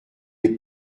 est